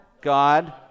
God